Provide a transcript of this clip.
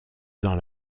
dans